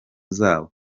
zabo